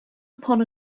upon